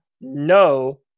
no